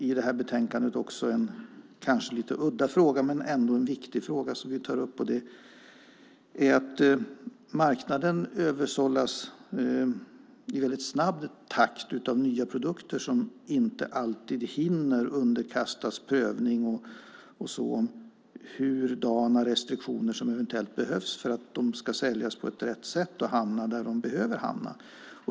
I betänkandet tar vi upp en kanske lite udda men ändå viktig fråga, nämligen att marknaden i snabb takt översållas av nya produkter som inte alltid hinner underkastas prövning av hurdana restriktioner som eventuellt behövs för att de ska säljas på rätt sätt och hamna där de behöver hamna.